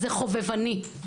זה חובבני.